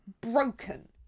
broken